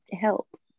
help